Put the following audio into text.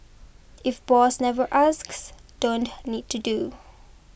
if boss never asks don't need to do